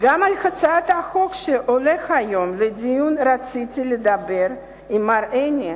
גם על הצעת החוק שעולה היום לדיון רציתי לדבר עם מר עיני,